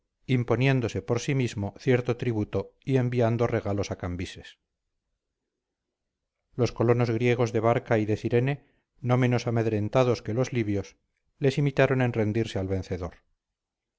imponiéndose por sí mismo cierto tributo y enviando regalos a cambises los colones griegos de barca y de cirene no menos amedrentados que los libios les imitaron en rendirse al vencedor